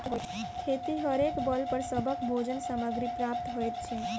खेतिहरेक बल पर सभक भोजन सामग्री प्राप्त होइत अछि